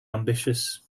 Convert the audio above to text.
ambitious